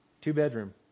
Two-bedroom